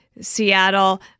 Seattle